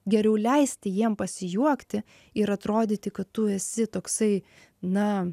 geriau leisti jiem pasijuokti ir atrodyti kad tu esi toksai na